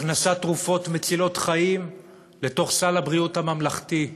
הכנסת תרופות מצילות חיים לסל הבריאות הממלכתי.